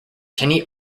kenny